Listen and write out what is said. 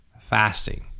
fasting